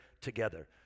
together